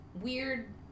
weird